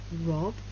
Rob